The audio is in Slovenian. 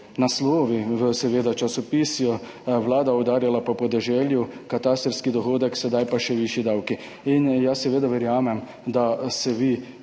naslovi v časopisju: Vlada udarila po podeželju, katastrski dohodek, sedaj pa še višji davki. Jaz seveda verjamem, da se vi